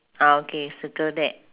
ah okay circle that